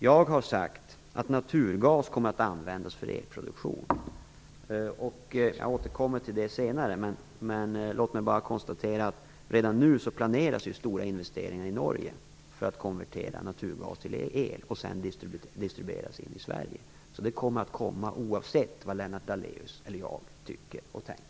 Jag har sagt att naturgas kommer att användas för elproduktion. Jag återkommer till det senare, men låt mig bara konstatera att redan nu planeras stora investeringar i Norge för att konvertera naturgas för distribution till Sverige. Det kommer att komma oavsett vad Lennart Daléus och jag tycker och tänker.